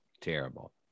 Terrible